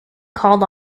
called